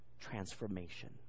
transformation